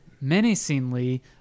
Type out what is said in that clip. menacingly